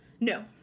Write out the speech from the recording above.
No